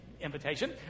Invitation